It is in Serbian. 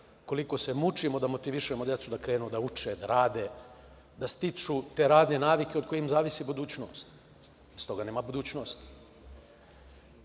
koliko se mučimo da motivišemo decu da krenu da uče, da rade, da stiču te radne navike od kojih im zavisi budućnost, bez toga nema budućnosti. Takođe,